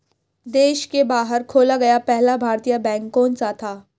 देश के बाहर खोला गया पहला भारतीय बैंक कौन सा था?